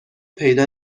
پیدا